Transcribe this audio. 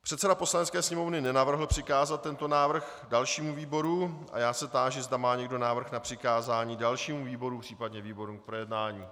Předseda Poslanecké sněmovny nenavrhl přikázat tento návrh dalšímu výboru a já se táži, zda má někdo návrh na přikázání dalšímu výboru, případně výborům k projednání.